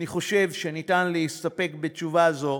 אני חושב שניתן להסתפק בתשובה זו.